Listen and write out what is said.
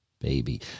baby